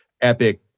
epic